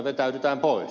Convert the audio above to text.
vetäydytään pois